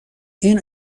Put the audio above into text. این